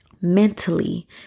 Mentally